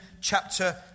chapter